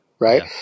Right